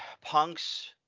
punk's